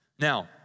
Now